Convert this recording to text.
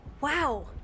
wow